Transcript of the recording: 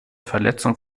verletzung